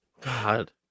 God